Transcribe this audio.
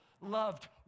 loved